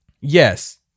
Yes